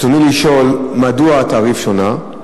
רצוני לשאול: 1. מדוע התעריף שונה?